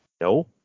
No